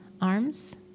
arms